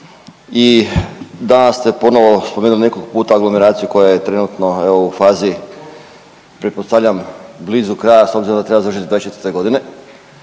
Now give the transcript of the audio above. i danas ste ponovo spomenuli nekoliko puta aglomeraciju koja je trenutno, evo, u fazi, pretpostavljam blizu kraja s obzirom da treba završiti do '24. g.